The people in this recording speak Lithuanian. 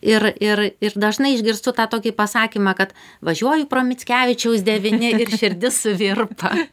ir ir ir dažnai išgirstu tą tokį pasakymą kad važiuoju pro mickevičiaus devyni ir širdis suvirpa